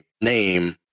name